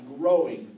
growing